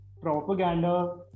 propaganda